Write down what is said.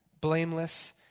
blameless